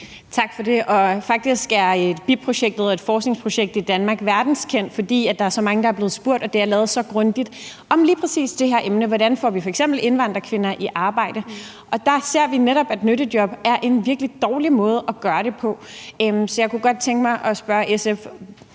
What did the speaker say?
Tak for det. Faktisk er biprojektet af et forskningsprojekt i Danmark verdenskendt, fordi der er så mange, der er blevet spurgt, og det har været så grundigt, om lige præcis det her emne: Hvordan får vi f.eks. indvandrerkvinder i arbejde? Der ser vi netop, at nyttejob er en virkelig dårlig måde at gøre det på. Så jeg kunne godt tænke mig at spørge SF,